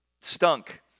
stunk